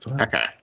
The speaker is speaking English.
Okay